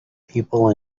people